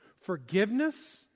Forgiveness